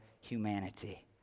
humanity